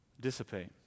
dissipate